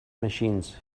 machines